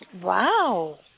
Wow